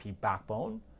backbone